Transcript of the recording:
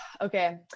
okay